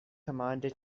commander